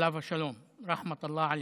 עליו השלום, (אומר בערבית: רחמי אללה עליו.)